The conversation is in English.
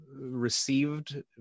received